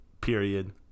Period